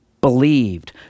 believed